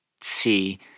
see